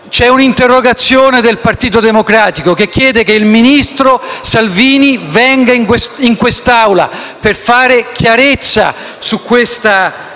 C'è un' interrogazione del Gruppo del Partito Democratico che chiede che il ministro Salvini venga in quest'Aula per fare chiarezza sulla